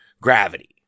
gravity